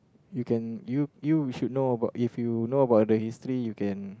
you can do you you should know about if you know about the history you can